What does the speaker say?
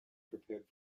prepared